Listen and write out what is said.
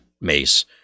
Mace